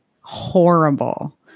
horrible